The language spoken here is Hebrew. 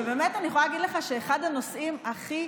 ובאמת אני יכולה להגיד לך שאחד הנושאים הכי